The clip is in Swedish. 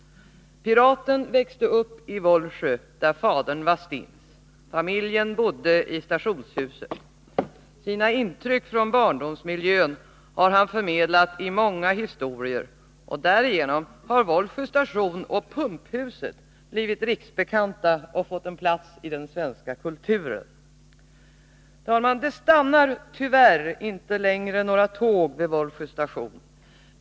Piraten växte upp i Vollsjö, där fadern var stins. Familjen bodde i stationshuset. Sina intryck från barndomsmiljön har han förmedlat i många historier, och därigenom har Vollsjö station och pumphuset blivit riksbekanta och fått plats i den svenska kulturen. Herr talman! Det stannar tyvärr inte längre några tåg vid Vollsjö station.